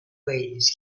waves